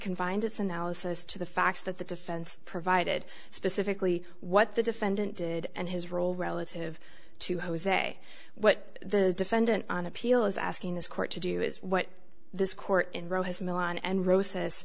confined its analysis to the facts that the defense provided specifically what the defendant did and his role relative to jose what the defendant on appeal is asking this court to do is what this court in roe has milan and ro